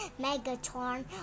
Megatron